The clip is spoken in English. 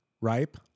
ripe